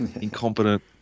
incompetent